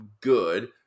good